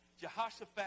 Jehoshaphat